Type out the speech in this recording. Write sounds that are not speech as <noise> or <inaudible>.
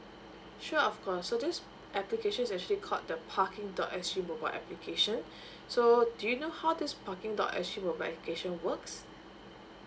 sure of course so this application is actually called the parking dot S G mobile application <breath> so do you know how this parking dot S G mobile application works